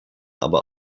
aber